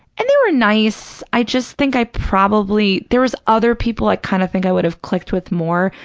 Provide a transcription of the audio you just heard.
and they were nice. i just think i probably, there was other people i kind of think i would have clicked with more.